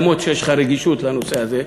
למרות שיש לך רגישות לנושא הזה,